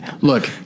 Look